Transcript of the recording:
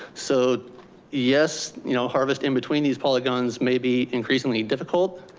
so yes, you know, harvest in between these polygons may be increasingly difficult,